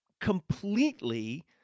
completely